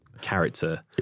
character